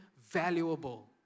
valuable